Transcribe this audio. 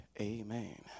Amen